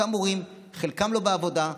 אותם הורים, חלקם לא בעבודה,